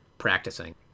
practicing